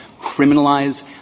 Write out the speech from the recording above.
criminalize